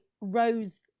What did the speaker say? rose